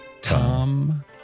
Tom